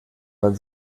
man